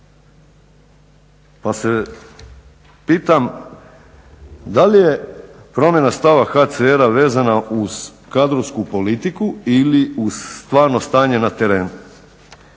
pa se pitam da li je promjena stava HCR-a vezana uz kadrovsku politiku ili uz stvarno stanje na terenu.